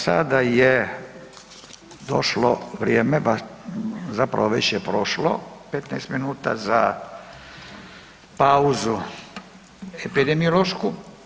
Sada je došlo vrijeme, zapravo već je prošlo 15 min za pauzu epidemiološku.